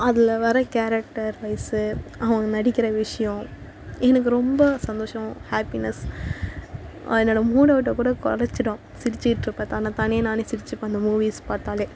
அதில் வர character wise அவங்க நடிக்கிற விஷயம் எனக்கு ரொம்ப சந்தோஷம் ஹேப்பினஸ் அது என்னோடய மூட் அவுட்டை கூட குறச்சிடும் சிரிச்சிக்கிட்டு இருப்பேன் தன்னைத்தானே நானே சிரிச்சிப்பேன் இந்த மூவிஸ் பார்த்தாலே